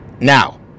Now